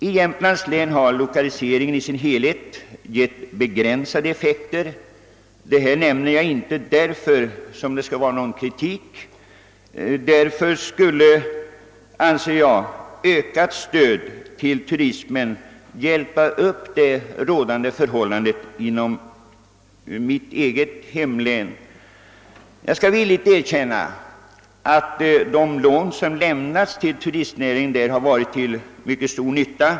I Jämtlands län har lokaliseringen i sin helhet gett begränsade effekter — detta säger jag inte som någon kritik — och därför skulle ökat stöd till turismen hjälpa upp förhållandena inom mitt eget hemlän. Jag skall villigt erkänna, att de lån som lämnats till turistnäringen där har varit till stor nytta.